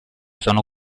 sono